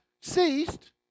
ceased